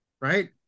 right